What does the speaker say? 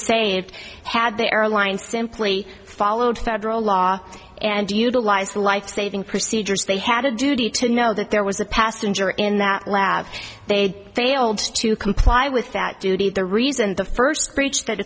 it had the airline simply followed federal law and utilized the life saving procedures they had a duty to know that there was a passenger in that lab they failed to comply with that duty the reason the first breach that